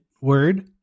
word